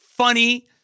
Funny